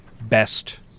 Best